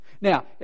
Now